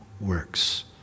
works